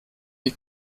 wie